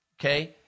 Okay